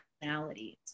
personalities